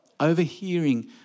Overhearing